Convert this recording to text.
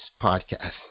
podcast